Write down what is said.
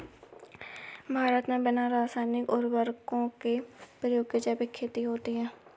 भारत मे बिना रासायनिक उर्वरको के प्रयोग के जैविक खेती होती है